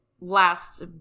last